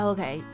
Okay